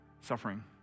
suffering